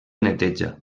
neteja